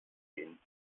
gehen